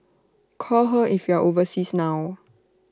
call her if you are overseas now